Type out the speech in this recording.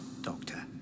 Doctor